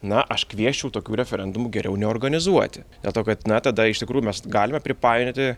na aš kviesčiau tokių referendumų geriau neorganizuoti dėl to kad na tada iš tikrųjų mes galime pripainioti